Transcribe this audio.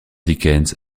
dickens